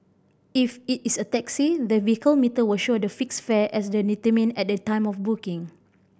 if it is a taxi the vehicle meter will show the fixed fare as the determined at the time of booking